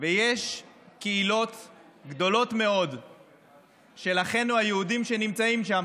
ויש קהילות גדולות מאוד של אחינו היהודים שנמצאים שם.